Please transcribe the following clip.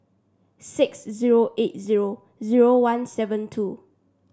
six zero eight zero zero one seven two